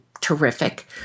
terrific